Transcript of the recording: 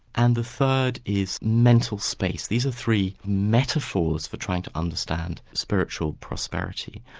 and the third is mental space. these are three metaphors for trying to understand spiritual prosperity.